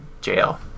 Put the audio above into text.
jail